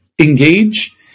engage